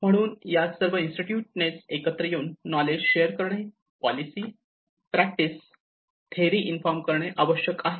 म्हणून या सर्व इन्स्टिट्यूटनी एकत्र येऊन नॉलेज शेअर करणे पॉलिसी प्रॅक्टिस थेअरी इन्फॉर्म करणे आवश्यक आहे